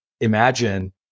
imagine